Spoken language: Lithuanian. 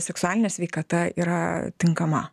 seksualinė sveikata yra tinkama